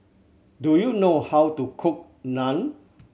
do you know how to cook Naan